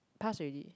pass already